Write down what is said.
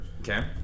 Okay